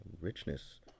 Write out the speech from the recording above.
richness